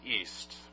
east